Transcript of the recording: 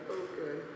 okay